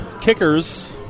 kickers